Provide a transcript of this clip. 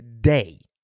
day